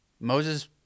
Moses